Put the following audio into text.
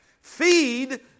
Feed